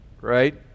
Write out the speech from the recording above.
right